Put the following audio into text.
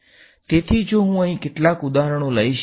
તેથી જો હું અહીં કેટલાક ઉદાહરણો લઈશ